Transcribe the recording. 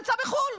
נמצא בחו"ל,